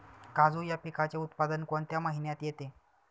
काजू या पिकाचे उत्पादन कोणत्या महिन्यात येते?